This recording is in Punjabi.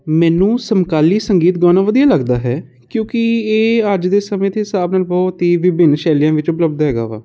ਮੈਨੂੰ ਸਮਕਾਲੀ ਸੰਗੀਤ ਗਾਉਣਾ ਵਧੀਆ ਲੱਗਦਾ ਹੈ ਕਿਉਂਕਿ ਇਹ ਅੱਜ ਦੇ ਸਮੇਂ ਦੇ ਹਿਸਾਬ ਨਾਲ ਬਹੁਤ ਹੀ ਵਿਭਿੰਨ ਸ਼ੈਲੀਆਂ ਵਿੱਚ ਉਪਲਬੱਧ ਹੈਗਾ ਵਾ